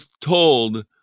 told